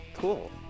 Cool